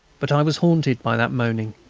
but i was haunted by that moaning,